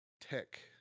tech